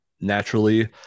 naturally